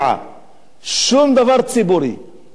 שום דבר ציבורי, נטו שלו,